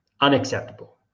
Unacceptable